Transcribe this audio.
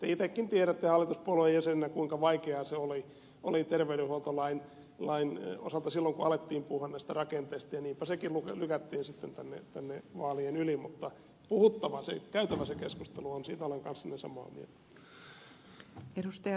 te itsekin tiedätte hallituspuolueen jäsenenä kuinka vaikeaa se oli terveydenhuoltolain osalta silloin kun alettiin puhua näistä rakenteista ja niinpä sekin lykättiin sitten tänne vaalien yli mutta käytävä se keskustelu on siitä olen kanssanne samaa mieltä